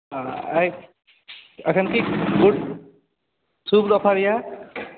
आइ अखन की शुभ दुपहरिया